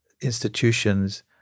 institutions